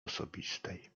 osobistej